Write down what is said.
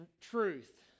truth